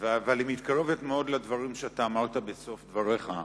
אבל היא מתקרבת מאוד לדברים שאמרת בסוף דבריך,